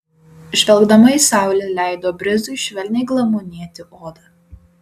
žvelgdama į saulę leido brizui švelniai glamonėti odą